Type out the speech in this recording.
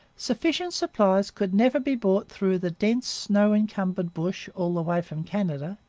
sufficient supplies could never be brought through the dense, snow-encumbered bush, all the way from canada,